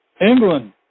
England